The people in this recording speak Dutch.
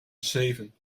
zeven